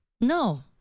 No